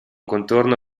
contorno